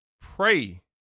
pray